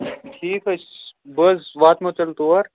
ٹھیٖک حظ چھِ بہٕ حظ واتہٕ مَو تیٚلہِ تور